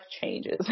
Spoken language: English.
changes